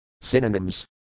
Synonyms